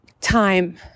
time